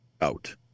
out